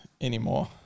anymore